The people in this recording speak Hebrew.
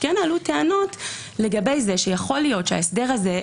שעלו טענות שיכול להיות שההסדר הזה,